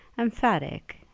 emphatic